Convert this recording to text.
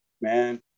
man